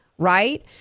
Right